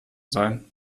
sein